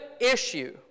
issue